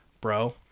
bro